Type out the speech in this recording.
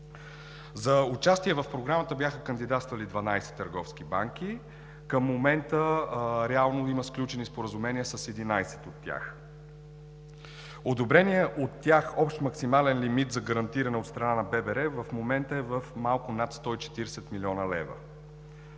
За участие в Програмата бяха кандидатствали 12 търговски банки. Към момента реално има сключени споразумения с 11 от тях. Одобреният от тях общ максимален лимит за гарантиране от страна на Българската банка за развитие в